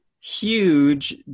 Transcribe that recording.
huge